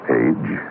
age